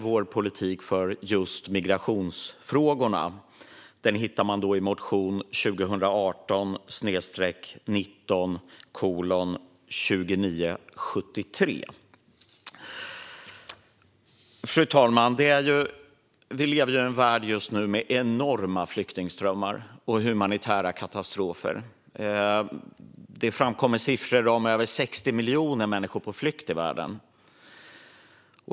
Vår politik för just migrationsfrågorna, mer ingående, hittar man i motion 2018/19:2973. Fru talman! Vi lever i en värld med enorma flyktingströmmar och humanitära katastrofer. Det framkommer siffror om över 60 miljoner människor på flykt i världen.